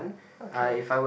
okay